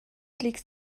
liegt